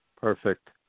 Perfect